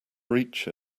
reach